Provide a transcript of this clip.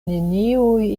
neniuj